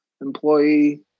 employee